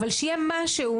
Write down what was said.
אבל שיהיה משהו,